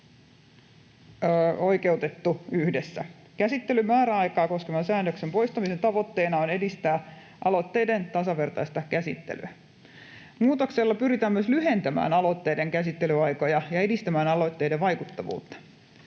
oikeutettu yhdessä. Käsittelymääräaikaa koskevan säännöksen poistamisen tavoitteena on edistää aloitteiden tasavertaista käsittelyä. Muutoksella pyritään myös lyhentämään aloitteiden käsittelyaikoja ja edistämään aloitteiden vaikuttavuutta.